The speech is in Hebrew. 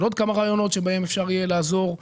עוד כמה רעיונות שבהם אפשר יהיה לעזור,